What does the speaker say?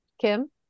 Kim